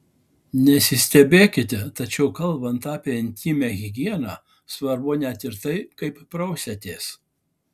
nesistebėkite tačiau kalbant apie intymią higieną svarbu net ir tai kaip prausiatės